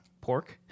pork